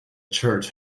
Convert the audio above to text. church